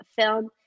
film